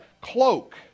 cloak